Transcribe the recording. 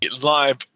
live